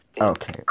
Okay